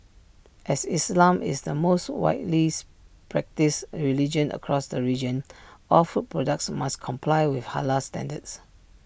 as islam is the most widely practised religion across the region all food products must comply with Halal standards